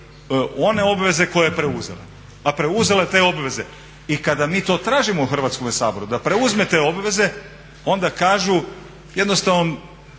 one obveze koje je preuzela, a preuzela je te obveze. I kada mi to tražimo u Hrvatskome saboru da preuzme te obveze onda kažu jednostavno